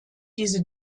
diese